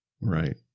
Right